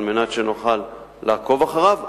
על מנת שנוכל לעקוב אחריו.